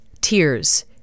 tears